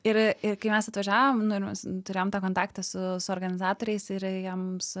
ir ir kai mes atvažiavom nu ir mes turėjom tą kontaktą su su organizatoriais ir jiems